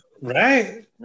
Right